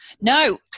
No